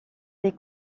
des